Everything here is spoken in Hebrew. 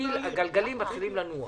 הגלגלים מתחילים לנוע.